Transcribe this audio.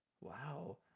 Wow